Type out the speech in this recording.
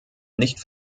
nicht